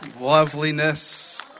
loveliness